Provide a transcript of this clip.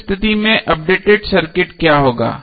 उस स्थिति में अपडेटेड सर्किट क्या होगा